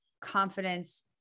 confidence